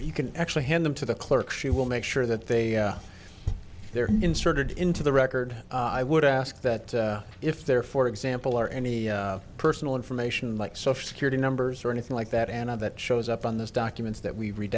you can actually hand them to the clerk she will make sure that they are there inserted into the record i would ask that if there for example are any personal information like social security numbers or anything like that and that shows up on those documents that we re